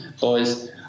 boys